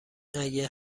اگه